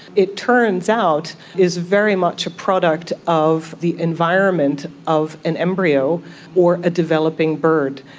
it turns out is very much a product of the environment of an embryo or a developing bird.